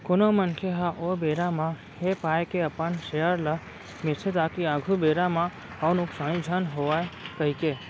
कोनो मनखे ह ओ बेरा म ऐ पाय के अपन सेयर ल बेंचथे ताकि आघु बेरा म अउ नुकसानी झन होवय कहिके